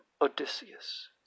Odysseus